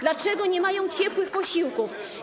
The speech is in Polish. Dlaczego nie mają ciepłych posiłków?